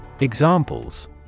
Examples